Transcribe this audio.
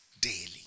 daily